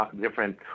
different